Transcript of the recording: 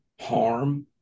harm